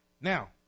now